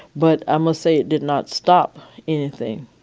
but i must say, it did not stop anything.